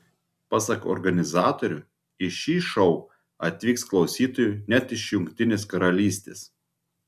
pasak organizatorių į šį šou atvyks klausytojų net iš jungtinės karalystės